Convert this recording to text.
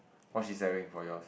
what she selling for your